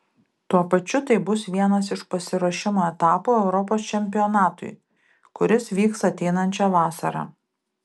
tuo pačiu tai bus vienas iš pasiruošimo etapų europos čempionatui kuris vyks ateinančią vasarą